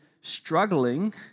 struggling